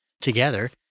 together